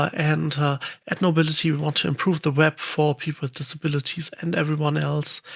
and at knowbility, we want to improve the web for people with disabilities and everyone else.